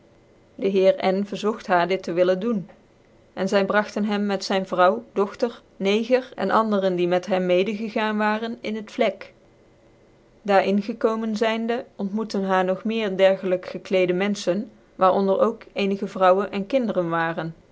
dc heer n verzogt baar lit tc willen doen en zy bragte hem met zyn vrouw dogtcr neger ca anderen die met hem mede gegaan waren in het vlek daar in gekomen zyndc ontmoete hair nog meer dicrgelykc gfklecdc menfchcn waar onder ook cenige vrouwen en kinderen waren